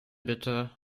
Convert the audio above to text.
bitte